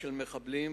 של מחבלים,